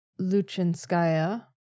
Luchinskaya